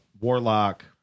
warlock